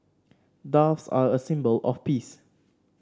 doves are a symbol of peace